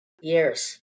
Years